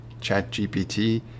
ChatGPT